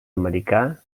americà